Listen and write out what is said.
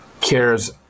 cares